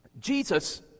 Jesus